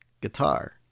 guitar